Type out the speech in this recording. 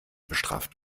bestraft